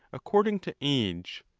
according to age,